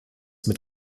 mit